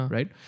Right